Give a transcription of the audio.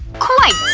quite!